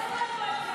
עשו לנו את זה ככה.